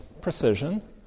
precision